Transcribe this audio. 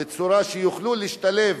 בצורה שיוכלו להשתלב